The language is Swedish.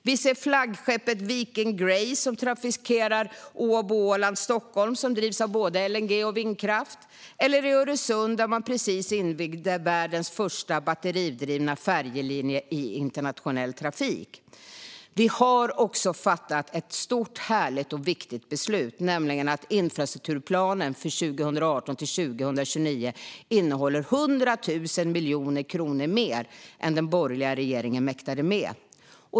Vi ser flaggskeppet Viking Grace, som trafikerar Åbo, Åland och Stockholm och drivs av både LNG och vindkraft. I Öresund har man precis invigt världens första batteridrivna färjelinje i internationell trafik. Vi har också fattat ett stort, härligt och viktigt beslut, nämligen att infrastrukturplanen för 2018-2029 innehåller 100 000 miljoner kronor mer än den borgerliga regeringen mäktade med.